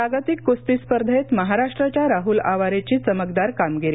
जागतिक कुस्ती स्पर्धेत महाराष्ट्राच्या राहल आवारेची चमकदार कामगिरी